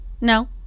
No